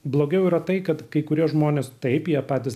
blogiau yra tai kad kai kurie žmonės taip jie patys